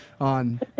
on